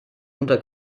unter